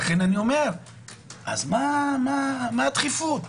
אז לכן למה הדחיפות?